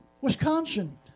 Wisconsin